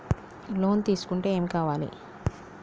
Loan తీసుకుంటే ఏం కావాలి?